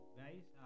guys